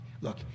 look